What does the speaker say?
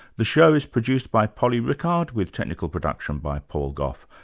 the show is produced by polly rickard, with technical production by paul gough.